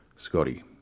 Scotty